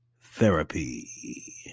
therapy